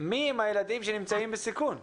מי הם הילדים שנמצאים בסיכון?